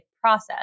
process